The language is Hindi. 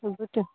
वो तो